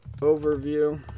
overview